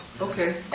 okay